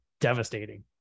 devastating